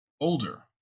older